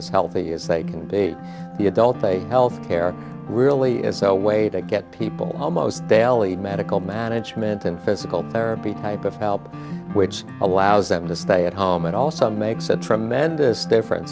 as healthy as they can be the adult pay health care really is so way to get people almost daily medical management and physical therapy type of help which allows them to stay at home and also makes a tremendous difference